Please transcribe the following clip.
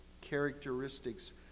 characteristics